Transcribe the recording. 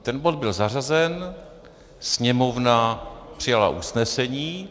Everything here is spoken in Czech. Ten bod byl zařazen, Sněmovna přijala usnesení.